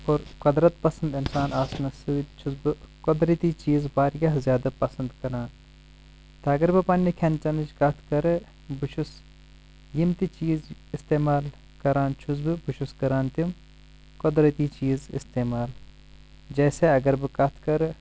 اور قۄدرت پسنٛد انسان آسنس سۭتۍ چھُس بہٕ قۄدرٔتی چیز واریاہ زیادٕ پسنٛد کران تہٕ اگر بہٕ پننہِ کھٮ۪ن چٮ۪نٕچ کتھ کرٕ بہٕ چھُس یم تہِ چیز استعمال کران چھُس بہٕ بہٕ چھُس کران تِم قۄدرٔتی چیز استعمال جیسے اگر بہٕ کتھ کرٕ